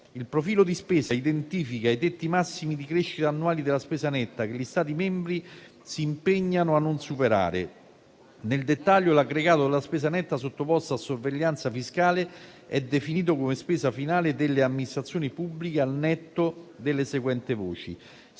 Il profilo di spesa identifica i tetti massimi di crescita annuali della spesa netta che gli Stati membri si impegnano a non superare. Nel dettaglio l'aggregato della spesa netta sottoposto a sorveglianza fiscale è definito come spesa finale delle amministrazioni pubbliche al netto delle seguenti voci: